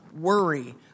worry